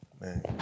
Man